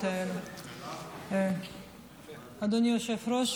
אדוני היושב-ראש,